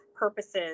Purposes